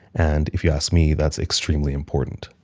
and if you ask me, that's extremely important.